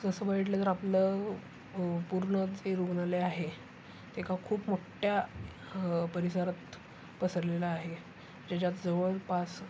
तसं बघितलं तर आपलं पूर्ण जे रुग्णालय आहे ते का खूप मोठ्या परिसरात पसरलेला आहे ज्याच्यात जवळपास